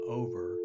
over